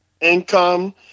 income